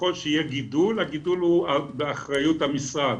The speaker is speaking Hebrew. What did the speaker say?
שככל שיהיה גידול, הגידול הוא באחריות המשרד.